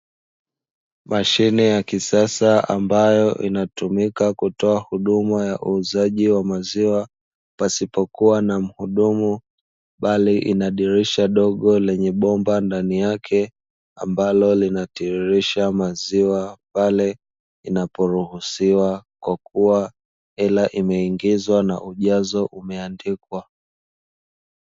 Mashine ya kisasa ambayo inatumika kutoa huduma ya uuzaji wa maziwa pasipokuwa na mhudumu. bali ina dirisha dogo lenye bomba ndani yake ambalo linatiririsha maziwa pale inaporuhusiwa kwa kuwa ela imeingizwa na ujazo umeandikwa.